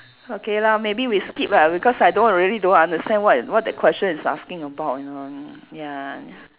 okay lah maybe we skip lah because I don't really don't understand what what that question is asking about you know ya